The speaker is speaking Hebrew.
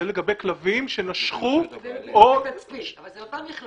זה לגבי כלבים שנשכו או -- זה לתצפית אבל זה במכלאה.